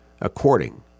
according